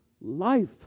life